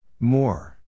More